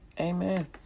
amen